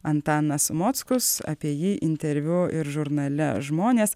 antanas mockus apie jį interviu ir žurnale žmonės